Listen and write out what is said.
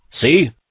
See